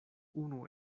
unu